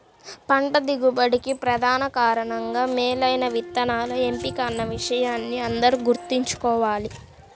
పంట దిగుబడికి ప్రధాన కారణంగా మేలైన విత్తనాల ఎంపిక అన్న విషయాన్ని అందరూ గుర్తుంచుకోవాలి